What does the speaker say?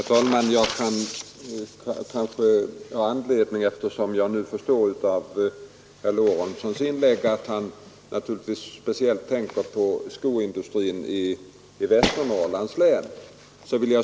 Herr talman! Jag förstår av herr Lorentzons inlägg att han speciellt tänker på skoindustrin i Västernorrlands län.